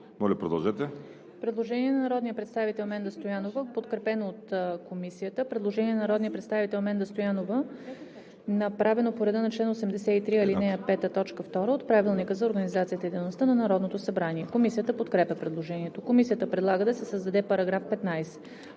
ЕВГЕНИЯ АНГЕЛОВА: Предложение на народния представител Менда Стоянова, подкрепено от Комисията. Предложение на народния представител Менда Стоянова, направено по реда на чл. 83, ал. 5, т. 2 от Правилника за организацията и дейността на Народното събрание. Комисията подкрепя предложението. Комисията предлага да се създаде § 15: „§ 15.